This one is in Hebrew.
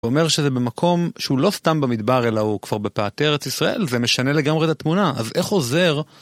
הוא אומר שזה במקום שהוא לא סתם במדבר אלא הוא כבר בפאתי ארץ ישראל זה משנה לגמרי את התמונה אז איך עוזר